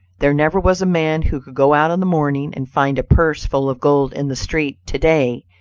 there never was a man who could go out in the morning and find a purse full of gold in the street to-day,